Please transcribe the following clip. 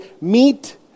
meet